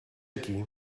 aquí